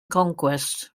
conquest